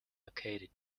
located